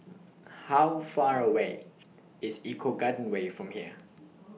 How Far away IS Eco Garden Way from here